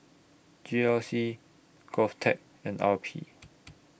G R C Govtech and R P